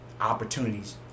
opportunities